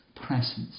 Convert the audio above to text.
presence